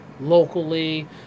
locally